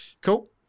Cool